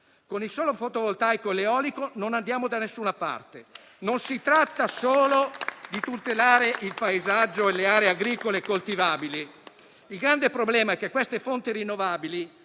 con il solo fotovoltaico e l'eolico non andiamo da nessuna parte. Non si tratta solo di tutelare il paesaggio e le aree agricole coltivabili. Il grande problema è che queste fonti rinnovabili